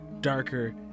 darker